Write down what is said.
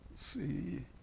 see